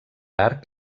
arc